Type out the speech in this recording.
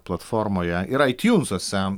platformoje yra aitiunsuose